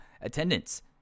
Attendance